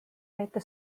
veeta